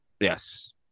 Yes